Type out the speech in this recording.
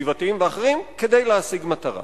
סביבתיים ואחרים כדי להשיג מטרה.